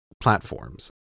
platforms